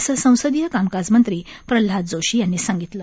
असं संसदीय कामकाज मंत्री प्रल्हाद जोशी यांनी सांगितलं